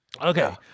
Okay